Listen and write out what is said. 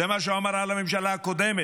זה מה שהוא אמר על הממשלה הקודמת.